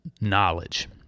knowledge